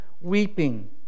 weeping